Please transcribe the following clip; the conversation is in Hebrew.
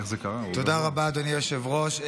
תודה רבה, אדוני היושב-ראש.